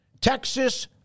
Texas